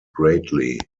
greatly